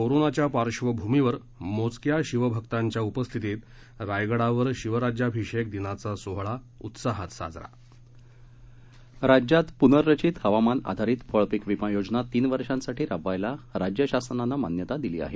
कोरोनाच्या पार्श्वभूमीवर मोजक्या शिवभक्तांच्या उपस्थितीत रायगडावर शिवराज्याभिषेक दिनाचा सोहळा उत्साहात साजरा राज्यात पूनरंचित हवामान आधारित फळपीक विमा योजना तीन वर्षासाठी राबवायला राज्य शासनानं मान्यता दिली आहे